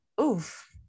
Oof